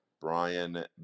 Brian